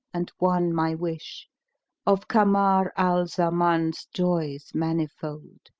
and won my wish of kamar al-zaman's joys manifold